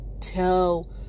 tell